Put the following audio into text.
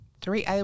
three